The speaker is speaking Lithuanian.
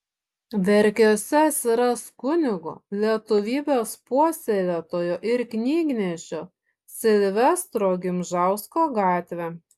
verkiuose atsiras kunigo lietuvybės puoselėtojo ir knygnešio silvestro gimžausko gatvė